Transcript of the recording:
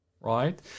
Right